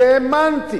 כי האמנתי